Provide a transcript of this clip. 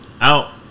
out